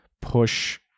push